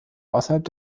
außerhalb